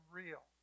real